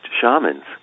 shamans